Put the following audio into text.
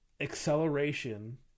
acceleration